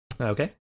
Okay